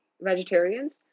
vegetarians